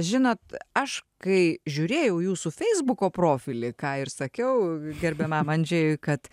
žinot aš kai žiūrėjau jūsų feisbuko profilį ką ir sakiau gerbiamam andžejui kad